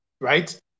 right